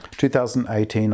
2018